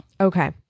Okay